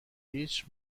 هیچ